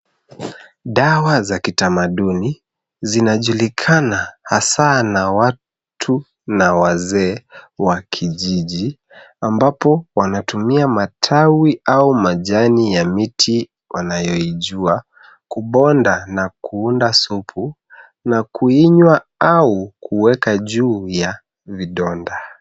Dawa za kitamaduni zinajulikana hasa na watu na wazee wa kijiji ambapo wanatumia matawi au majani ya miti wanayoijua kubonda na kuunda supu na kuinywa au kuweka juu ya vidonda.